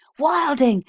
wilding!